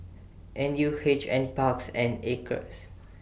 N U H NParks and Acres